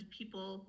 people